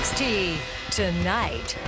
tonight